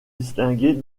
distinguer